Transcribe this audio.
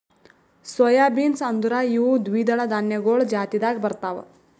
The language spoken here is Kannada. ಸೊಯ್ ಬೀನ್ಸ್ ಅಂದುರ್ ಇವು ದ್ವಿದಳ ಧಾನ್ಯಗೊಳ್ ಜಾತಿದಾಗ್ ಬರ್ತಾವ್